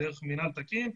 דרך מינהל תקין.